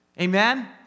Amen